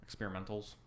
experimentals